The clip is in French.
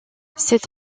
cette